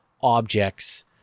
objects